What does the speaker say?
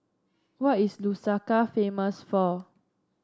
what is Lusaka famous for